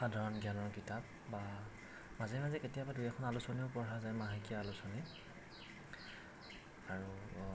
সাধাৰণ জ্ঞানৰ কিতাপ বা মাজে মাজে কেতিয়াবা দুই এখন অলোচনীও পঢ়া যায় মাহেকীয়া আলোচনী আৰু